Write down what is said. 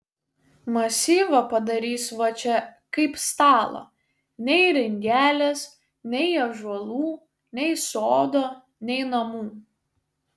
masyvą padarys va čia kaip stalą nei ringelės nei ąžuolų nei sodo nei namų